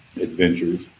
adventures